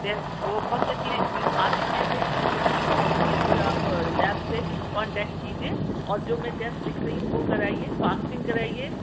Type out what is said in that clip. test وہ بہت سے آتے ہیں یہاں پہ اور کہیں بھی کسی بھی آپ لیب سے کانٹیکٹ کیجئے اور جو میں ٹیسٹ لکھ رہی ہوں وہ کرائیے فاسٹنگ کرائیے